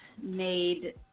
made –